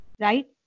right